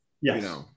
Yes